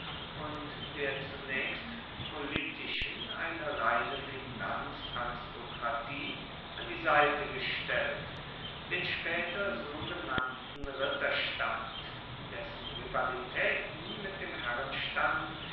und der zunaechst politischen eine reine finanzaristokratie an die seite gestellt den spaeter so genannten ritterstand dessen rivalitaeten mit dem